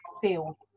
feel